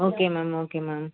okay ma'am okay ma'am